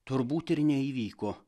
turbūt ir neįvyko